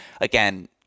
again